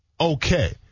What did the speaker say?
okay